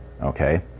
Okay